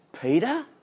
Peter